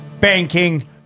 banking